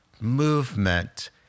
movement